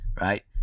right